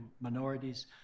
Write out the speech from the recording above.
minorities